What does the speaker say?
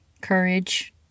courage